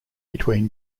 between